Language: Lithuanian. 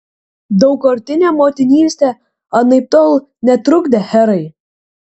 daugkartinė motinystė anaiptol netrukdė herai